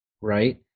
Right